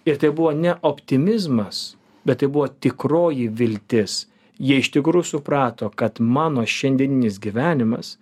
ir tai buvo ne optimizmas bet tai buvo tikroji viltis jie iš tikrųjų suprato kad mano šiandieninis gyvenimas